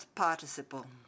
participle